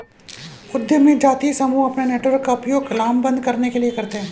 उद्यमी जातीय समूह अपने नेटवर्क का उपयोग लामबंद करने के लिए करते हैं